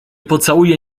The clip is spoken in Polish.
pocałuję